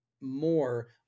more